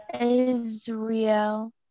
Israel